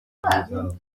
man